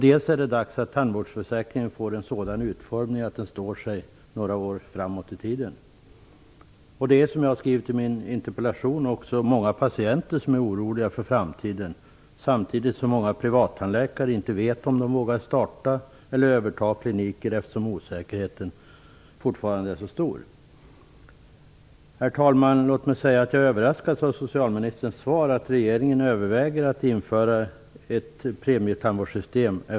Det är dags att tandvårdsförsäkringen får en sådan utformning att den står sig några år framåt i tiden. Som jag har skrivit i min interpellation är det också många patienter som är oroliga för framtiden, samtidigt som många privattandläkare inte vet om de vågar starta eller överta kliniker, eftersom osäkerheten fortfarande är så stor. Herr talman! Jag överraskas av socialministerns svar, att regeringen överväger att införa ett premietandvårdssystem.